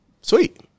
Sweet